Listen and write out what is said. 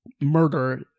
murder